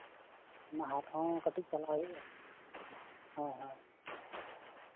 ᱦᱟᱴ ᱦᱚᱸ ᱠᱟᱹᱴᱤᱡ ᱪᱟᱞᱟᱜ ᱦᱩᱭᱩᱜᱼᱟ ᱦᱮᱸ ᱦᱮᱸ